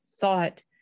thought